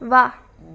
ਵਾਹ